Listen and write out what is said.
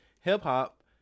Hip-hop